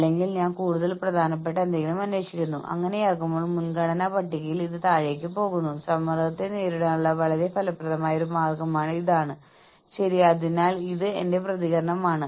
അതിനാൽ കൂടുതൽ ഉൽപ്പാദനക്ഷമമാകുന്നതിന് ഓർഗനൈസേഷനെ പ്രോത്സാഹിപ്പിക്കുന്നതിനുള്ള ഒരു മാർഗം ലാഭം പങ്കിടലാണ്